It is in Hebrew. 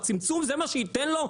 הצמצום זה מה שייתן לו?